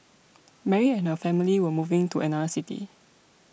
Mary and her family were moving to another city